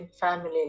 family